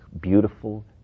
beautiful